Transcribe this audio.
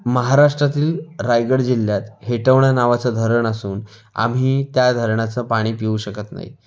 महाराष्ट्रातील रायगड जिल्ह्यात हेटवणा नावाचं धरण असून आम्ही त्या धरणाचं पाणी पिऊ शकत नाही